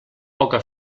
poca